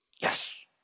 Yes